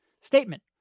statement